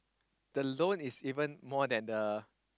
the loan is even more than the